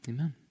Amen